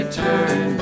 turn